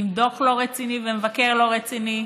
עם "דוח לא רציני ומבקר לא רציני"